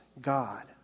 God